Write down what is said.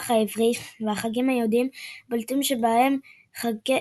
העברי והחגים היהודיים; הבולטים שבהם חגי